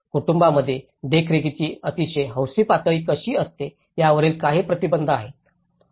कुटुंबांमध्ये देखरेखीची अतिशय हौशी पातळी कशी असते यावरील काही प्रतिबंध आहेत